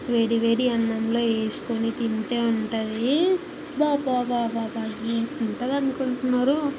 వేడి వేడి అన్నంలో వేసుకొని తింటే ఉంటదీ వా వా వా వా వా ఏమి ఉంటుందనుకుంటున్నారు